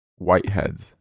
whiteheads